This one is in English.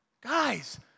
Guys